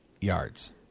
yards